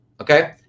okay